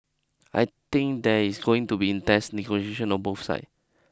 I think there is going to be intense negotiation on both sides